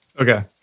Okay